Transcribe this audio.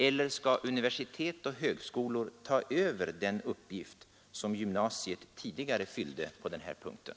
Eller skall universitet och högskolor ta över den uppgift som gymnasiet tidigare fyllde på den här punkten?